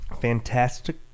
Fantastic